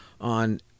on